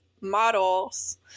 models